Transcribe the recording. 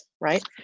Right